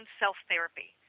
self-therapy